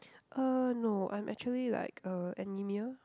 uh no I'm actually like uh anemia